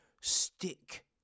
stick